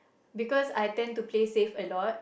because I tend to play safe a lot